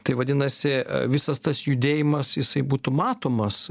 tai vadinasi visas tas judėjimas jisai būtų matomas